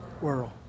World